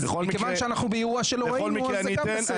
אז מכיוון שאנחנו באירוע שלא ראינו, זה גם בסדר.